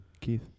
keith